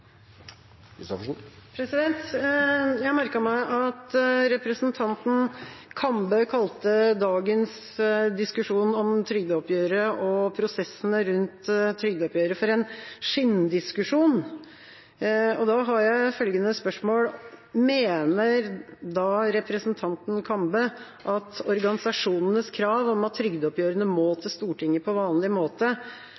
kalte dagens diskusjon om trygdeoppgjøret og prosessene rundt det for en «skinndiskusjon». Da har jeg følgende spørsmål: Mener representanten Kambe at organisasjonenes krav om at trygdeoppgjørene må